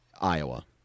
Iowa